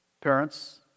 parents